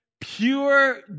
pure